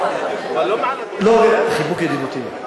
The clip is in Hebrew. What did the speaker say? לא, חיבוק ידידותי.